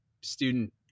student